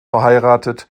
verheiratet